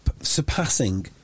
Surpassing